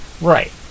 Right